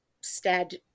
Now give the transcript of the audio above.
stead